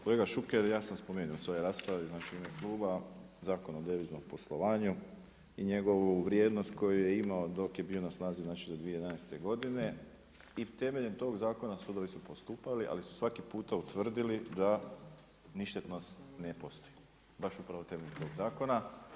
Kolega Šuker ja sam spomenuo u svojoj raspravi u ime kluba Zakon o deviznom poslovanju i njegovu vrijednost koju je imao dok je bio na snazi do 2011. i temeljem tog zakona sudovi su postupali, ali su svaki puta utvrdili da ništetnost ne postoji, baš upravo temeljem tog zakona.